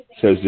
says